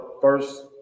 first